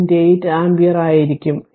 8 ampere ആയിരിക്കും ഇത്